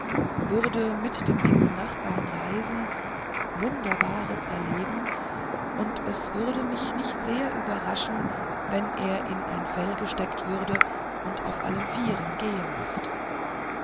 würde mit dem dicken nachbar reisen wunderbares erleben und es würde mich nicht sehr überraschen wenn er in ein fell gesteckt würde und auf allen vieren gehen müßte